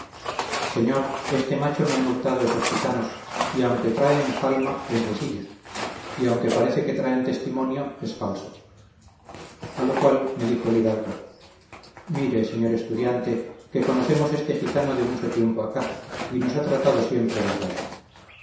señor este macho me han hurtado esos gitanos y aunque trae enjalma es de silla y aunque parece que traen testimonio es falso a lo cual me dijo el hidalgo mire señor estudiante que conocemos este gitano de mucho tiempo acá y nos ha tratado siempre verdad